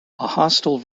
hostile